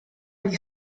gli